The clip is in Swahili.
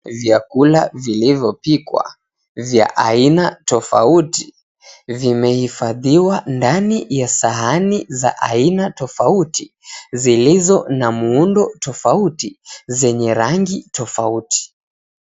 Vyakula vilivyo pikwa vya aina tofauti vimehifadhiwa ndani ya sahani za aina tofauti zilizo na muundo tofauti zenye rangi tofauti.